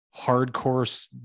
hardcore